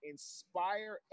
inspire